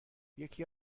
یکی